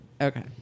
Okay